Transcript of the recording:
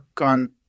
on